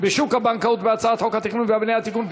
בשוק הבנקאות ובהצעת חוק התכנון והבנייה (תיקון,